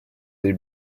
dei